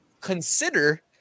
Consider